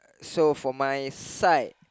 so for my side